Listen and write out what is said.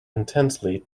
intensely